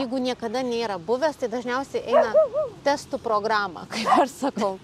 jeigu niekada nėra buvęs tai dažniausiai eina testų programą kaip ir sakau